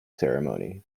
ceremony